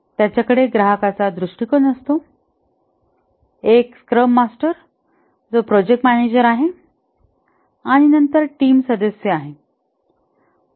त्याच्याकडे ग्राहकांचा दृष्टीकोन असतो एक स्क्रॅम मास्टर जो प्रोजेक्ट मॅनेजर आहे आणि नंतर टीम सदस्य आहे